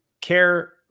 care